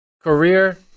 Career